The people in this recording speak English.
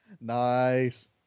Nice